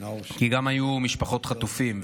כי היו משפחות חטופים.